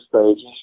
stages